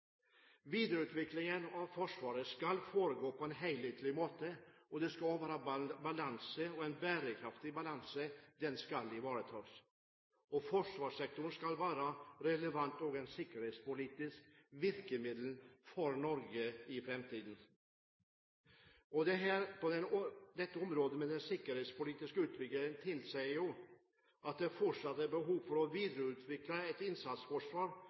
Videreutviklingen av Forsvaret skal foregå på en helhetlig måte, og en bærekraftig balanse skal ivaretas. Forsvarssektoren skal være et relevant sikkerhetspolitisk virkemiddel for Norge i framtiden. Den sikkerhetspolitiske utviklingen tilsier at det fortsatt er behov for å videreutvikle et innsatsforsvar